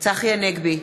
צחי הנגבי,